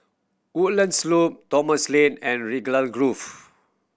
Woodlands Loop Thomson Lane and Raglan Grove